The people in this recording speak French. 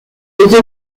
les